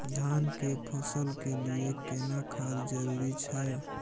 धान के फसल के लिये केना खाद जरूरी छै?